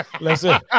Listen